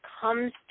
comes